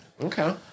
Okay